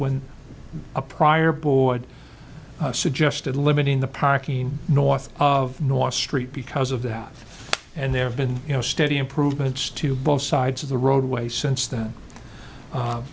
when a prior board suggested limiting the parking north of noise street because of that and there have been you know steady improvements to both sides of the roadway since then